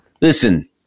listen